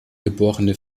geborene